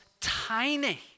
tiny